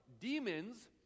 demons